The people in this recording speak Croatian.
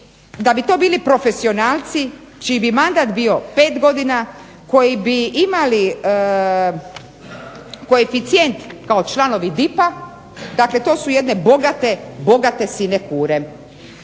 da bi to bili profesionalci, čiji bi mandat bio 5 godina, koji bi imali koeficijent kao članovi DIP-a, dakle to su jedne bogate sinekure.